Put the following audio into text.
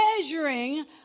measuring